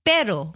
Pero